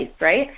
right